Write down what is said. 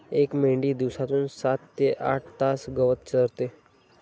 एक मेंढी दिवसातून सात ते आठ तास गवत चरते